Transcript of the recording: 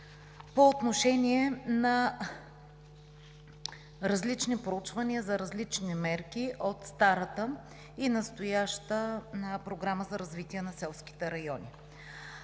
по отношение на различни проучвания за различни мерки от старата и настоящата Програма за развитие на селските райони.